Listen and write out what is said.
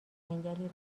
جنگلی